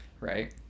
Right